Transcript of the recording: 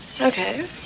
Okay